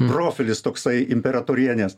profilis toksai imperatorienės